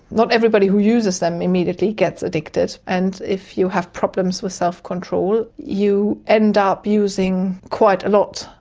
not everybody who uses them immediately gets addicted and if you have problems with self-control you end up using quite a lot.